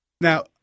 Now